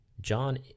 John